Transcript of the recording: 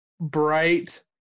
bright